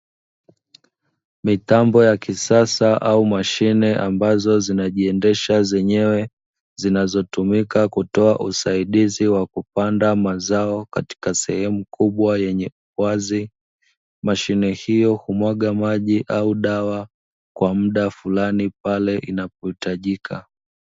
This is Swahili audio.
Mitambo ya kisasa au mashine ambazo zinajiendesha zenyewe, zinazotumika kutoa usaidizi wa kupanda mazao katika sehemu kubwa yenye uwazi. Mashine hiyo humwaga maji au dawa kwa muda fulani pale inapohitajika.